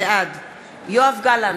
בעד זהבה גלאון, בעד יואב גלנט,